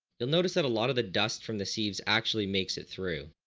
you'll notice that a lot of the dust from the sieves actually makes it through.